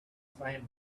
same